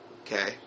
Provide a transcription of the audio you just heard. okay